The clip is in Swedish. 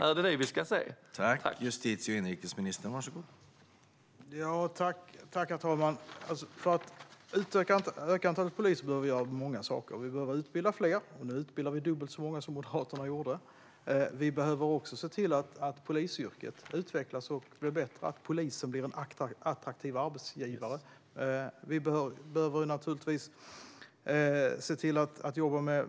Är det så vi ska se det?